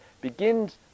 begins